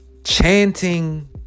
Chanting